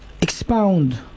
expound